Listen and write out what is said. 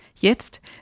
Jetzt